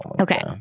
okay